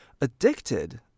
addicted